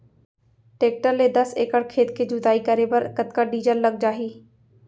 Tractor ले दस एकड़ खेत के जुताई करे बर कतका डीजल लग जाही?